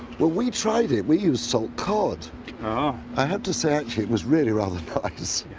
well we tried it, we used salt cod ah i have to say actually it was really rather nice.